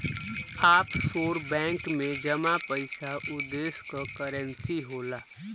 offshore bank में जमा पइसा उ देश क करेंसी होला